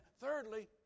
thirdly